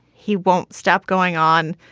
he won't stop going on.